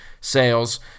sales